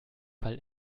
weil